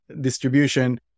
distribution